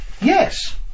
Yes